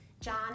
john